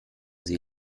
sie